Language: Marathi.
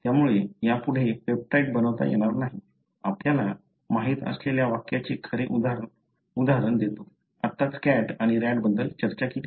त्यामुळे यापुढे पेप्टाइड बनवता येणार नाही आपल्याला माहीत असलेल्या वाक्याचे खरे उदाहरण देतो आत्ताच cat आणि rat बद्दल चर्चा केली